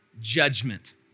judgment